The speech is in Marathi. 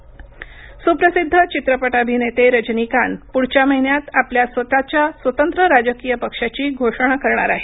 रजनीकांत सुप्रसिद्ध चित्रपट अभिनेते रजनीकांत पुढच्या महिन्यात आपल्या स्वतःच्या स्वतंत्र राजकीय पक्षाची घोषणा करणार आहेत